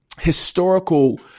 historical